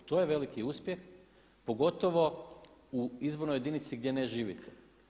To je veliki uspjeh pogotovo u izbornoj jedinici gdje ne živite.